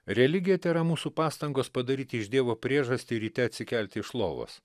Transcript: religija tai yra mūsų pastangos padaryti iš dievo priežastį ryte atsikelti iš lovos